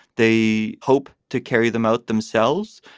they hope to carry them out themselves.